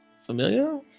familiar